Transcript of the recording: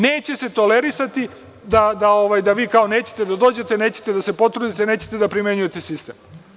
Neće se tolerisati da vi kao nećete da dođete, nećete da se potrudite, nećete da primenjujete sistem.